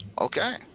Okay